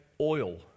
oil